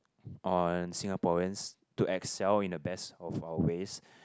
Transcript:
on Singaporeans to excel in the best of our ways